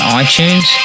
iTunes